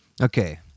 Okay